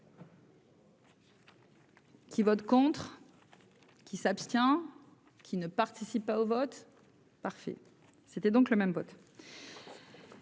Qui vote contre qui s'abstient qui ne participent pas au vote, parfait, c'était donc le même vote.